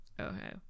Okay